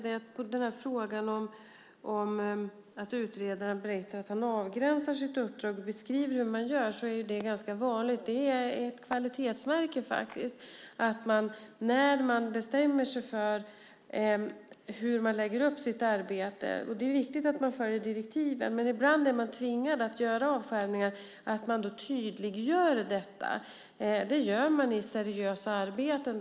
Att utredaren avgränsar sitt uppdrag och beskriver hur han gör är ganska vanligt. Det är faktiskt ett kvalitetsmärke. Det är viktigt att man följer direktiven, men ibland är man tvungen att göra avgränsningar, och då är det viktigt att man tydliggör detta. Det gör man i seriösa arbeten.